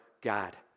God